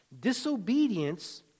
Disobedience